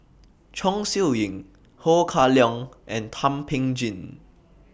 Chong Siew Ying Ho Kah Leong and Thum Ping Tjin